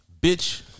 Bitch